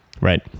Right